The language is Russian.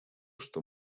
что